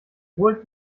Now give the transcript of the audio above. holt